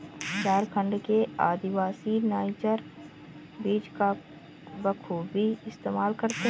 झारखंड के आदिवासी नाइजर बीज का बखूबी इस्तेमाल करते हैं